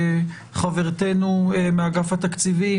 חברתנו מאגף התקציבים,